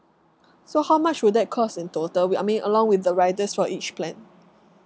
so how much will that cost in total wi~ I mean along with the riders for each plan